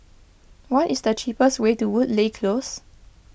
what is the cheapest way to Woodleigh Close